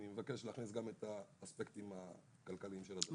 אני מבקש להכניס גם את האספקטים הכלכליים של הדבר הזה.